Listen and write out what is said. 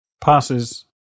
Passes